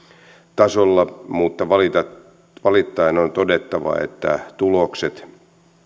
tasolla mutta valittaen on todettava että tulokset